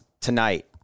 Tonight